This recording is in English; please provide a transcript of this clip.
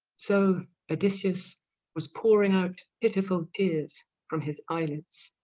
so odysseus was pouring out pitiful tears from his eyelids.